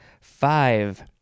Five